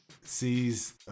sees